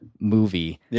movie